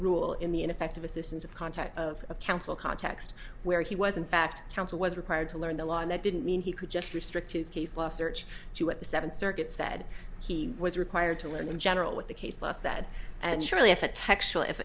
rule in the ineffective assistance of context of a council context where he was in fact counsel was required to learn the law and that didn't mean he could just restrict his case law search to what the seventh circuit said he was required to learn in general what the case law said and surely if i